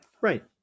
Right